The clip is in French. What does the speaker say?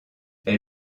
elle